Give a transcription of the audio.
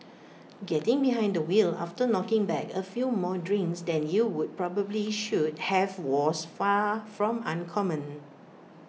getting behind the wheel after knocking back A few more drinks than you would probably should have was far from uncommon